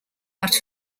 out